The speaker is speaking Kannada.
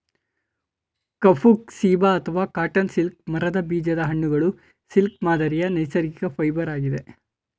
ಕಫುಕ್ ಸೀಬಾ ಅಥವಾ ಕಾಟನ್ ಸಿಲ್ಕ್ ಮರದ ಬೀಜದ ಹಣ್ಣುಗಳು ಸಿಲ್ಕ್ ಮಾದರಿಯ ನೈಸರ್ಗಿಕ ಫೈಬರ್ ಆಗಿದೆ